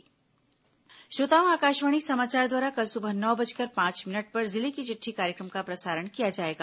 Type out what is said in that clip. जिले की चिट्ठी श्रोताओं आकाशवाणी समाचार द्वारा कल सुबह नौ बजकर पांच मिनट पर जिले की चिट्ठी कार्यक्रम का प्रसारण किया जाएगा